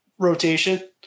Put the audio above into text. rotation